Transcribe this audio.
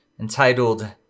entitled